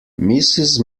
mrs